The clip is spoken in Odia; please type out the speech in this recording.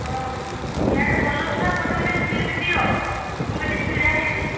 ହଁ କୁଆଡ଼େ ଗଲ ଛୁଆ ମୋତେ ଗୋଟେ ସିଟ୍ ଦିଅ ମୁଁ ଏଇଠି ଛିଡ଼ା ହେଇଛି